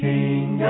King